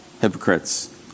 hypocrites